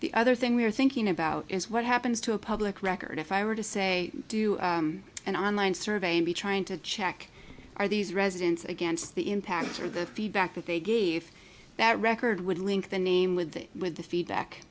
the other thing we're thinking about is what happens to a public record if i were to say do an online survey and be trying to check are these residents against the impact or the feedback that they gave that record would link the name with the with the feedback